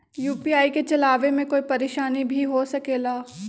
UPI के चलावे मे कोई परेशानी भी हो सकेला?